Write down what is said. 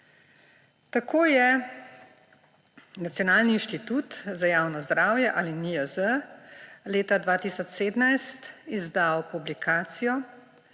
Tako je Nacionalni inštitut za javno zdravje ali NIJZ leta 2017 izdal publikacijo,